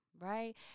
right